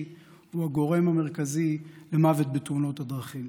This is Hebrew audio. הוא הגורם המרכזי למוות בתאונות הדרכים.